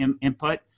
input